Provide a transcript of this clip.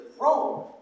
Rome